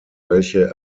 welche